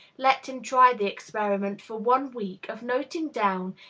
let him try the experiment, for one week, of noting down,